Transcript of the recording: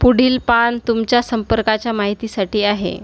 पुढील पान तुमच्या संपर्काच्या माहितीसाठी आहे